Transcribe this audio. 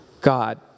God